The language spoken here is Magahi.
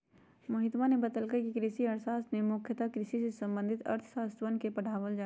मोहितवा ने बतल कई कि कृषि अर्थशास्त्र में मुख्यतः कृषि से संबंधित अर्थशास्त्रवन के पढ़ावल जाहई